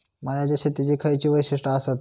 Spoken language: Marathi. मळ्याच्या शेतीची खयची वैशिष्ठ आसत?